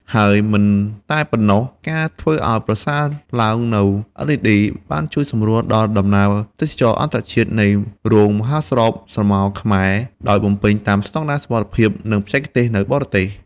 លក្ខណៈពិសេសគឺប្រព័ន្ធភ្លើង LED អាចត្រូវបានបំពាក់ដោយថ្ម ឬបន្ទះស្រូបពន្លឺព្រះអាទិត្យ ដែលអនុញ្ញាតឱ្យមានការសម្តែងនៅតំបន់ដាច់ស្រយាលដែលគ្មានអគ្គិសនី។